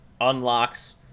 unlocks